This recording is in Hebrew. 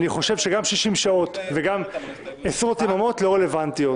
אני חושב שגם 60 וגם עשרות יממות לא רלוונטיות.